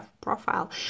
profile